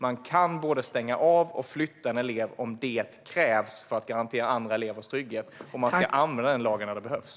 Man kan både stänga av och flytta en elev om det krävs för att garantera andra elevers trygghet, och man ska använda den lagen när det behövs.